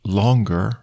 longer